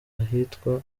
ahitwa